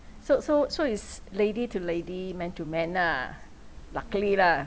so so so is lady to lady men to men nah luckily lah